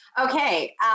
Okay